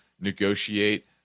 negotiate